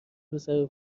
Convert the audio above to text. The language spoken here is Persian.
پسر